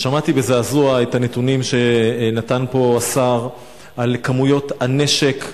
שמעתי בזעזוע את הנתונים שנתן פה השר על כמויות הנשק,